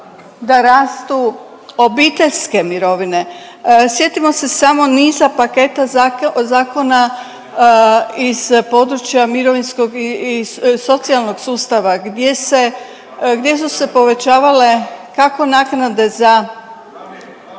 da rastu obiteljske mirovine. Sjetimo se samo niza paketa zakona iz područja mirovinskog i socijalnog sustava gdje se, gdje su se povećavale kako naknade za,